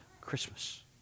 Christmas